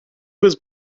was